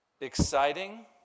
exciting